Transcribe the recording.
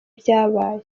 byabaye